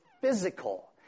physical